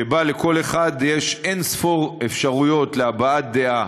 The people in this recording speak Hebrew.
שבה לכל אחד יש אין-ספור אפשרויות להבעת דעה: